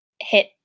hit